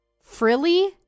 Frilly